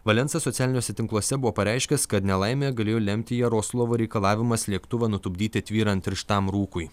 valensa socialiniuose tinkluose buvo pareiškęs kad nelaimę galėjo lemti jaroslavo reikalavimas lėktuvą nutupdyti tvyrant tirštam rūkui